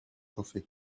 coffee